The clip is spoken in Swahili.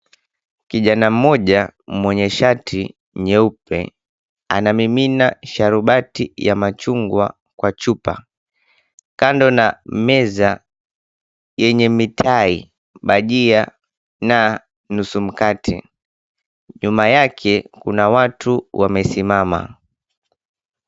Kijana mmoja mwenye shati nyeupe anamimina sharubati ya machungwa kwa chupa kando na meza yenye mitai, bajia na nusu mkate. Nyuma yake kuna watu wamesimama.